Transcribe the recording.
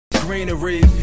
greenery